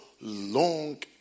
long